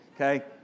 Okay